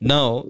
Now